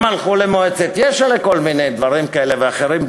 הם הלכו למועצת יש"ע לכל מיני דברים כאלה ואחרים,